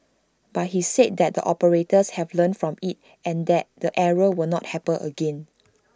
but he said that the operators have learnt from IT and that the error will not happen again